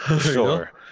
Sure